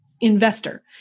investor